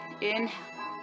inhale